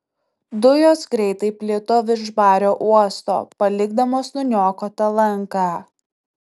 dujos greitai plito virš bario uosto palikdamos nuniokotą lanką